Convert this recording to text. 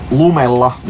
lumella